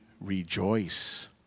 rejoice